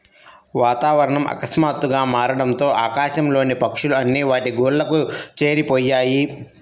వాతావరణం ఆకస్మాతుగ్గా మారడంతో ఆకాశం లోని పక్షులు అన్ని వాటి గూళ్లకు చేరిపొయ్యాయి